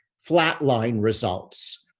flatline results.